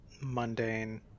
mundane